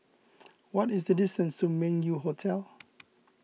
what is the distance to Meng Yew Hotel